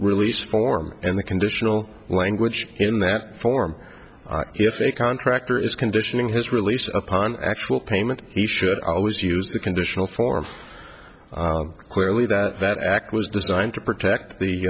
release form and the conditional language in that form if a contractor is conditioning his release upon actual payment he should always use the conditional form clearly that that act was designed to protect the